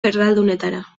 erdaldunetara